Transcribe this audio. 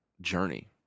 journey